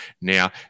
Now